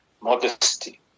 modesty